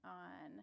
on